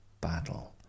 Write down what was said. battle